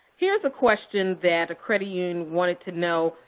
here's a question that a credit union wanted to know.